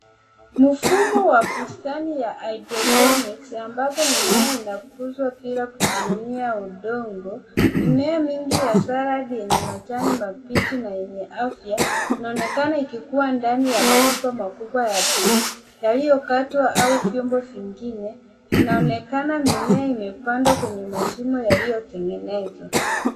Mfumo wa bustani ya hydroponics ambapo mimea inakuzwa bila kutumia udongo. Mimea mingi ya saladi yenye majani mabichi na yenye afya inaonekana ikikua ndani ya mapipa makubwa ya bluu yaliyokatwa au vyombo vingine. Inaonekana mimea imepandwa kwenye mashimo yaliyotegenezwa.